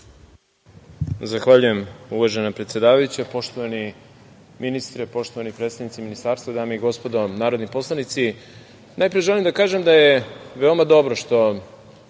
Zahvaljujem, uvažena predsedavajuća. Poštovani ministre, poštovani predstavnici ministarstva, dame i gospodo narodni poslanici, najpre želim da kažem da je veoma dobro što